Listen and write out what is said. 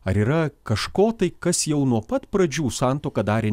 ar yra kažko tai kas jau nuo pat pradžių santuoką darė